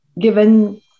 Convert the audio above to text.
given